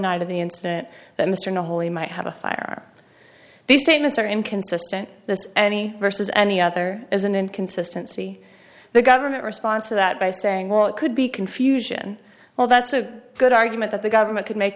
night of the incident that mr know holy might have a fire these statements are inconsistent this any versus any other is an inconsistency the government response to that by saying well it could be confusion well that's a good argument that the government could make